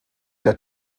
der